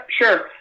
sure